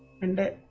and